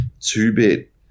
two-bit